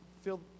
feel